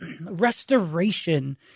restoration